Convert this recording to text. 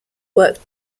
worked